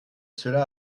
cela